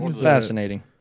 Fascinating